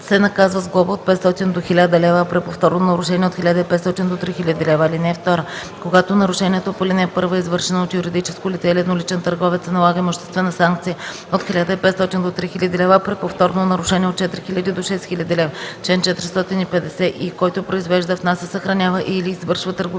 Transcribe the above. се наказва с глоба от 500 до 1000 лв., а при повторно нарушение – от 1500 до 3000 лв. (2) Когато нарушението по ал. 1 е извършено от юридическо лице или едноличен търговец, се налага имуществена санкция от 1500 до 3000 лв., а при повторно нарушение – от 4000 до 6000 лв. Чл. 450и. Който произвежда, внася, съхранява и/или извършва търговия